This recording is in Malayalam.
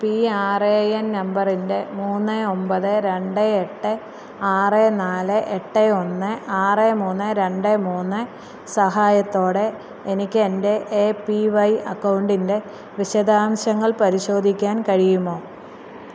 പീ ആറേ എൻ നമ്പറിന്റെ മൂന്ന് ഒമ്പത് രണ്ട് എട്ട് ആറ് നാല് എട്ട് ഒന്ന് ആറ് മൂന്ന് രണ്ട് മൂന്ന് സഹായത്തോടെ എനിക്ക് എന്റെ ഏ പ്പീ വൈ അക്കൗണ്ടിന്റെ വിശദാംശങ്ങൾ പരിശോധിക്കാൻ കഴിയുമോ